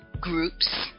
Groups